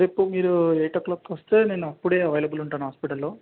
రేపు మీరు ఎయిట్ ఓ క్లాక్కి వస్తే నేను అప్పుడు అవైలబుల్ ఉంటాను హాస్పిటల్లో